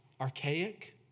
archaic